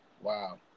wow